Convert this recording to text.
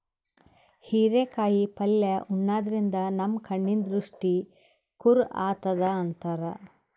ಹಿರೇಕಾಯಿ ಪಲ್ಯ ಉಣಾದ್ರಿನ್ದ ನಮ್ ಕಣ್ಣಿನ್ ದೃಷ್ಟಿ ಖುರ್ ಆತದ್ ಅಂತಾರ್